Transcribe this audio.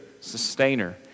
sustainer